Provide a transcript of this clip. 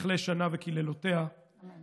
תכלה שנה וקללותיה, אמן.